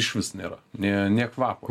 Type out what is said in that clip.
išvis nėra nė nė kvapo